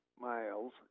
Miles